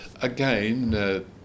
Again